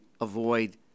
avoid